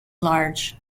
large